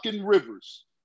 Rivers